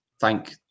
thank